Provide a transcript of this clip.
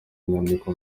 inyandiko